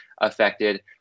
affected